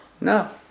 No